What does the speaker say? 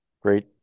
Great